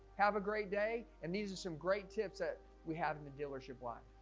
have a great day. and these are some great tips that we have in the dealership life